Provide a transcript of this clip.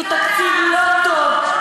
הוא תקציב לא טוב,